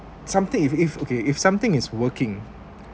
something if if okay if something is working